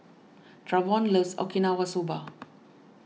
Travon loves Okinawa Soba